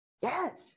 Yes